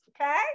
Okay